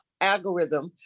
algorithm